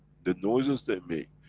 the noises they make.